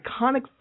iconic